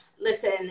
listen